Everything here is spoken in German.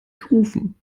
gerufen